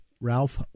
Ralph